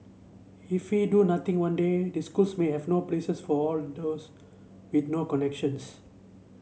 if we do nothing one day these schools may have no places for all the those with no connections